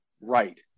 Right